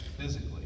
physically